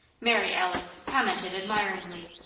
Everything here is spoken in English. mary alice commented admiringly,